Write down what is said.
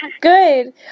Good